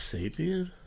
Sapien